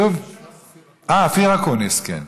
אופיר אקוניס, כן.